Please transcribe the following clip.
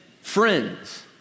friends